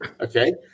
okay